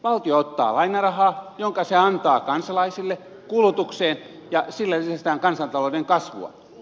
valtio ottaa lainarahaa jonka se antaa kansalaisille kulutukseen ja sillä edistetään kansantalouden kasvua